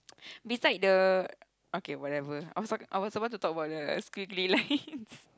beside the okay whatever I was talk I was about to talk about the squiggly lines